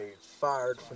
fired